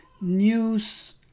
News